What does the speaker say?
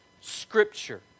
Scripture